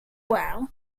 while